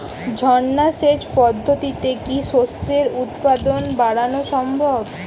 ঝর্না সেচ পদ্ধতিতে কি শস্যের উৎপাদন বাড়ানো সম্ভব?